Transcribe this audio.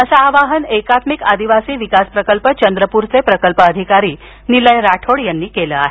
असं आवाहन एकात्मिक आदिवासी विकास प्रकल्प चंद्रपूरचे प्रकल्प अधिकारी निलय राठोड यांनी केलं आहे